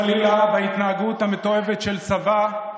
חלילה, בהתנהגות המתועבת של סבה,